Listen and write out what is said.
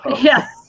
Yes